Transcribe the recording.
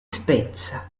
spezza